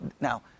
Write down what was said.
Now